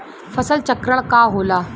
फसल चक्रण का होला?